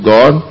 God